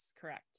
correct